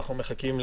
החלק הנותר.